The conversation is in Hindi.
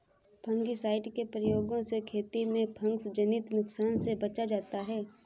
फंगिसाइड के प्रयोग से खेती में फँगसजनित नुकसान से बचा जाता है